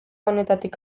honetatik